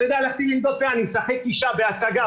אני משחק אישה בהצגה,